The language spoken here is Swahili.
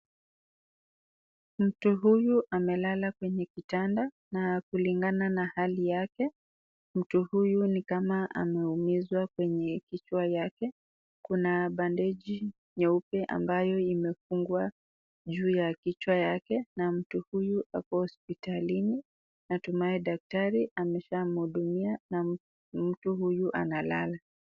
Mtu huyu amelala kwenye kitanda, na kulingana na hali yake, mtu huyu ni kama ameumizwa kwenye kichwa yake. Kuna bandeji nyeupe ambayo imefungwa juu ya kichwa yake, na mtu huyu ako hospitalini, natumai daktari ameshamhudumia. Na mtu huyu analala.